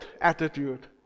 attitude